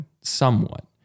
somewhat